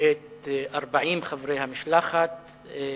את 40 חברי המשלחת.